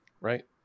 right